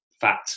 fat